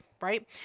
right